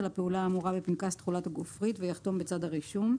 הפעולה האמורה בפנקס תכולת גופרית ויחתום בצד הרישום.